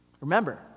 Remember